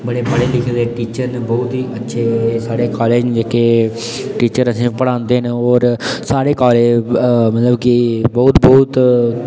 बड़े पढ़े लिखे दे टीचर न बहुत ई अच्छे साढ़े कालेज न जेह्के टीचर असें ई पढ़ांदे न होर साढ़े कालेज च मतलब कि बहुत बहुत तरहं दे कोर्स न